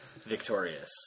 victorious